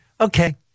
okay